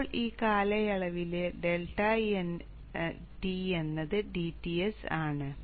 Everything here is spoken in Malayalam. ഇപ്പോൾ ഈ കാലയളവിലെ ∆T എന്നത് dTs ആണ്